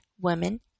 women